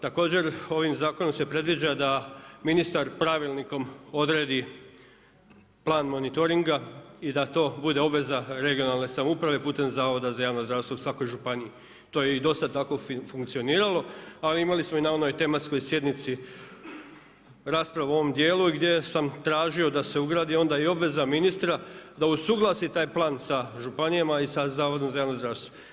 Također ovim zakonom se predviđa da ministar pravilnik odredi plan monitoringa i da to bude obveza regionalne samouprave putem Zavoda za javno zdravstvo u svakoj županiji, to je i dosad tako funkcioniralo a i imali smo i na onoj tematskoj sjednici raspravu u ovom djelu gdje sam tražio da se ugradi onda i obveza ministra da usuglasi taj plan sa županijama i Zavodom za javno zdravstvo.